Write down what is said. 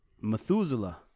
Methuselah